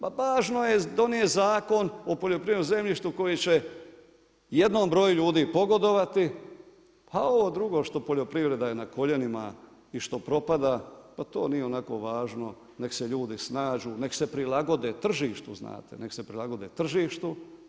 Pa važno je donijeti Zakon o poljoprivrednom zemljištu koji će jednom broju ljudi pogodovati a ovo drugo što poljoprivreda je na koljenima i što propada, pa to nije onako važno, neka se ljudi snađu, neka se prilagode tržištu znate, neka se prilagode tržištu.